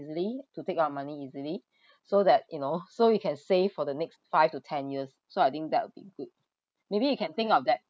easily to take out your money easily so that you know so you can save for the next five to ten years so I think that would be good maybe you can think of that